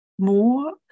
more